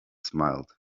smiled